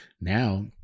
Now